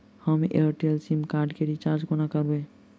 हम Airtel sim card केँ recharge कोना करबै?